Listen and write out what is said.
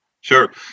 Sure